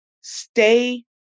stay